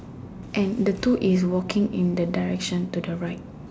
and the two is walking in the direction to the right